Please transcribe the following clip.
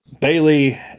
Bailey